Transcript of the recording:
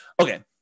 Okay